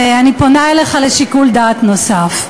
אני פונה אליך לשיקול דעת נוסף.